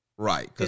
right